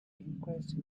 increased